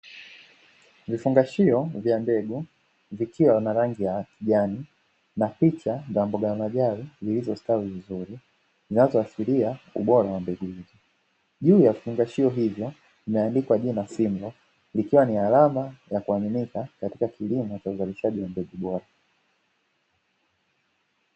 Vifungashio vya mbegu vikiwa na rangi ya kijani na picha za mboga ya majani zilizostawi vizuri kinachoashiria ubora wa mbegu, juu ya vifungashio hivyo imeandikwa jina "SIMBA", ikiwa ni alama ya kuaminika katika kilimo cha uzalishaji wa mbegu bora.